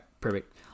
perfect